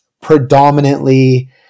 predominantly